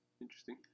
interesting